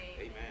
Amen